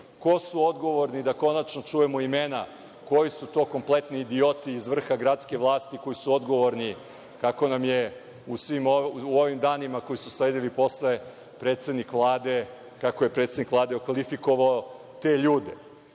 ko su odgovorni, da konačno čujemo imena, koji su to kompletni idioti iz vrha gradske vlasti koji su odgovorni, kako nam je u svim ovim danima koji su usledili predsednik Vlade, kako je predsednik Vlade okvalifikovao te ljude. Ono